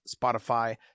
Spotify